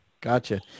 gotcha